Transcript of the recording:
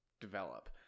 develop